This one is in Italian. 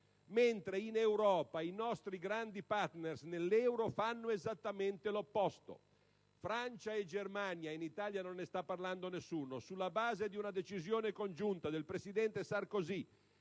mentre in Europa i nostri grandi partner nell'euro fanno esattamente l'opposto. Francia e Germania (in Italia non ne sta parlando nessuno) sulla base di una decisione congiunta del presidente Sarkozy